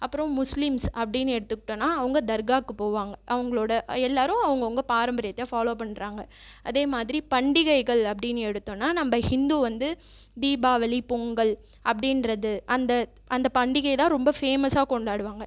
அப்புறோம் முஸ்லீம்ஸ் அப்படினு எடுத்துகிட்டோனா அவங்க தர்காக்கு போவாங்க அவங்களோட எல்லோரும் அவங்கவுங்க பாரம்பரியத்தை ஃபாலோ பண்ணுறாங்க அதே மாதிரி பண்டிகைகள் அப்படினு எடுத்தோனா நம்ம ஹிந்து வந்து தீபாவளி பொங்கல் அப்படின்றது அந்த அந்த பண்டிகையை தான் ரொம்ப ஃபேமஸாக கொண்டாடுவாங்க